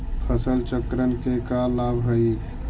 फसल चक्रण के का लाभ हई?